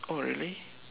oh really